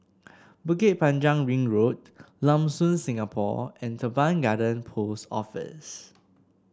Bukit Panjang Ring Road Lam Soon Singapore and Teban Garden Post Office